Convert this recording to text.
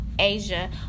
asia